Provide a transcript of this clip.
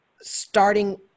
starting